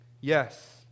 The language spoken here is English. yes